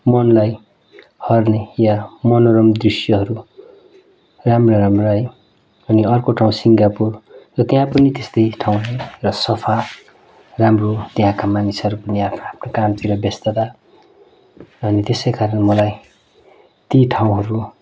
मनलाई हर्ने या मनोरम दृश्यहरू राम्रा राम्रा है अनि अर्को ठाउँ सिङ्गापुर र त्यहाँ पनि त्यस्तै ठाउँ र सफा राम्रो त्यहाँका मानिसहरू पनि आफ्नो आफ्नो कामतिर व्यस्तता अनि त्यसै कारण मलाई ती ठाउँहरू